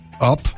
up